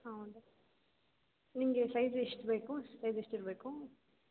ಹೌದಾ ನಿಮಗೆ ಸೈಜ್ ಎಷ್ಟು ಬೇಕು ಸೈಜ್ ಎಷ್ಟಿರಬೇಕು